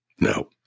No